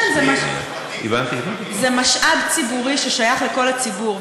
זה משאב ציבורי ששייך לכל הציבור,